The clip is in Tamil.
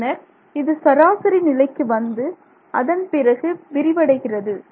பின்னர் இது சராசரி நிலைக்கு வந்து அதன்பிறகு விரிவடைகிறது